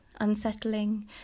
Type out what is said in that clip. unsettling